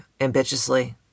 ambitiously